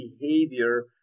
behavior